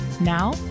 Now